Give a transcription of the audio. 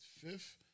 fifth